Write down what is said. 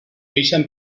ixen